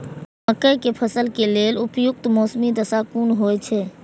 मके के फसल के लेल उपयुक्त मौसमी दशा कुन होए छै?